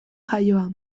jaioa